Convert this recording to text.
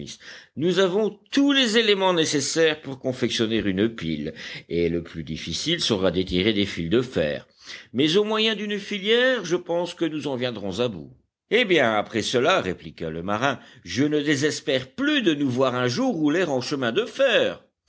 nous avons tous les éléments nécessaires pour confectionner une pile et le plus difficile sera d'étirer des fils de fer mais au moyen d'une filière je pense que nous en viendrons à bout eh bien après cela répliqua le marin je ne désespère plus de nous voir un jour rouler en chemin de fer